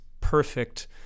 perfect